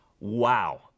Wow